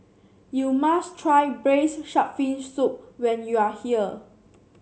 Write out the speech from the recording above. you must try Braised Shark Fin Soup when you are here